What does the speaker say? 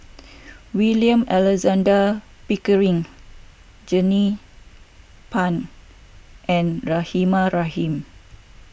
William Alexander Pickering Jernnine Pang and Rahimah Rahim